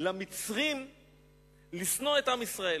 למצרים לשנוא את עם ישראל?